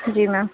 जी ma'am